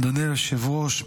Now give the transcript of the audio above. אדוני היושב-ראש,